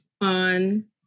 on